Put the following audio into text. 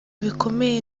bikomeye